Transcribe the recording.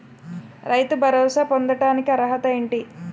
రైతు భరోసా పొందుటకు అర్హత ఏంటి?